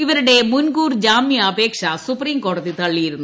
ഇവരുടെ മുൻകൂർ ജാമ്യാപേക്ഷ സുപ്രീംകോടതി തള്ളിയിരുന്നു